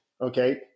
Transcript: Okay